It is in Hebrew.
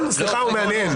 סליחה, הוא מהנהן.